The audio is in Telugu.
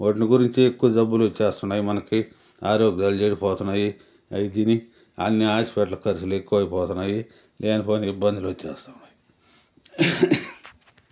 వాటిని గురించి ఎక్కువ జబ్బులు వచ్చేస్తున్నాయి మనకి ఆరోగ్యాలు చెడిపోతున్నాయి అవి తిని అన్ని హాస్పిటల్ ఖర్చులు ఎక్కువ అయిపోతున్నాయి లేనిపోని ఇబ్బందులు వచ్చేస్తున్నాయి